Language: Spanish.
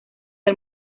del